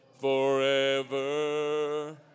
forever